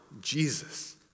Jesus